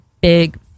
big